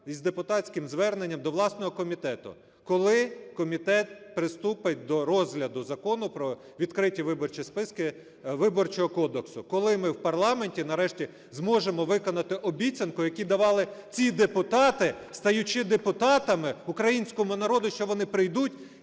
із депутатським зверненням до власного комітету: коли комітет приступить до розгляду Закону про відкриті виборчі списки, Виборчого кодексу? Коли ми в парламенті нарешті зможемо виконати обіцянку, яку давали ці депутати, стаючи депутатами, українському народу, що вони прийдуть